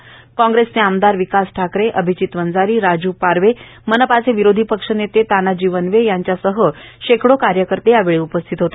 यावेळी काँग्रेस चे आमदार विकास ठाकरे अभिजीत वंजारी राजू पारवे मनपा चे विरोधी पक्ष नेते तानाजी वनवे यांच्यासह शेकडो कार्यकर्ते उपस्थित होते